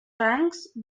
rangs